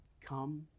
come